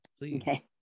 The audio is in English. please